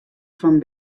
fan